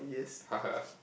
ha ha